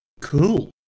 Cool